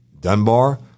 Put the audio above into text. Dunbar